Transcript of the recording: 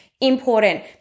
important